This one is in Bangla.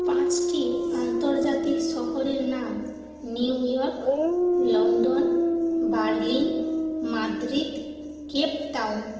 পাঁচটি আন্তর্জাতিক শহরের নাম New York London Berlin Madrid Cape town